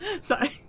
Sorry